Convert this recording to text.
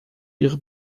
ihre